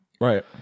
Right